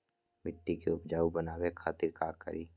मिट्टी के उपजाऊ बनावे खातिर का करी?